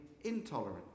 intolerant